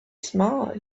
smart